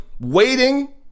waiting